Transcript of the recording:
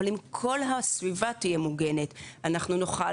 אבל אם כל הסביבה תהיה מוגנת אנחנו נוכל